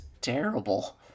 terrible